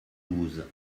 douze